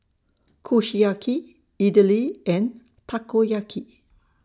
Kushiyaki Idili and Takoyaki